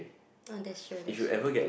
uh that's true that's true